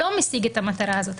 לא משיג את המטרה הזאת,